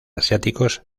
asiáticos